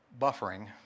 buffering